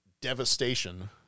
devastation